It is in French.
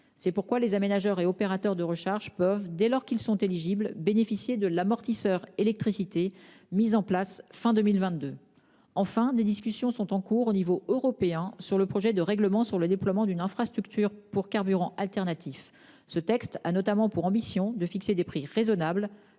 C'est pourquoi les aménageurs et opérateurs de recharge peuvent, dès lors qu'ils sont éligibles, bénéficier de l'amortisseur électricité mis en place à la fin de l'année 2022. Enfin, des discussions sont en cours à l'échelon européen sur le projet de règlement sur le déploiement d'une infrastructure pour carburants alternatifs. Ce texte a notamment pour ambition de fixer des prix raisonnables,